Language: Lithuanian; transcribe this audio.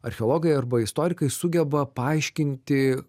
archeologai arba istorikai sugeba paaiškinti